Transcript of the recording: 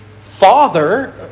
father